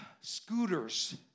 scooters